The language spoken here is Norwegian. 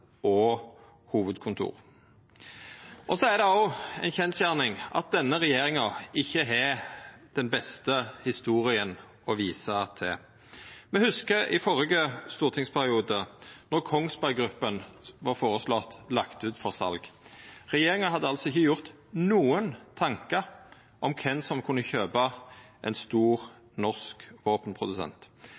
og hovudkontor. Det er òg ei kjensgjerning at denne regjeringa ikkje har den beste historia å visa til. Me hugsar då Kongsberg Gruppen i førre stortingsperiode vart føreslått lagt ut for sal. Regjeringa hadde altså ikkje gjort seg nokon tankar om kven som kunne kjøpa ein stor norsk våpenprodusent.